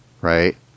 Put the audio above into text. right